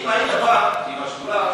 אם היית בא עם השדולה,